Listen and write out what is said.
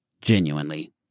genuinely